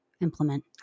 implement